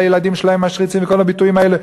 שהילדים משריצים וכל הביטויים האלה,